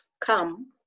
come